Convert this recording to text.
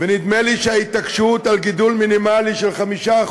ונדמה לי שההתעקשות על גידול מינימלי של 5%